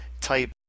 type